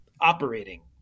operating